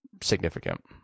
significant